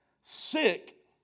sick